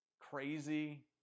crazy